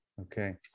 okay